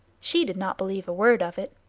she did not believe a word of it.